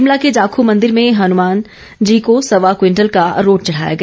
शिमला के जाखू मंदिर में हनुमान जी को सवा क्विंटल का रोट चढ़ाया गया